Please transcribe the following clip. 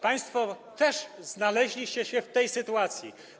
Państwo też znaleźliście się w tej sytuacji.